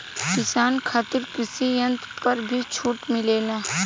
किसान खातिर कृषि यंत्र पर भी छूट मिलेला?